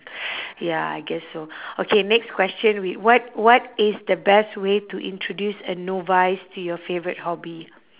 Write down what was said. ya I guess so okay next question wait what what is the best way to introduce a novice to your favourite hobby